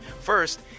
First